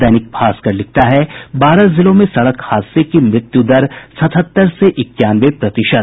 दैनिक भास्कर लिखता है बारह जिलों में सड़क हादसे की मृत्यु दर सतहत्तर से इक्यानवे प्रतिशत